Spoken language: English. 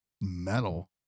metal